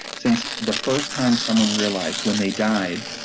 since the first time someone realized when they died,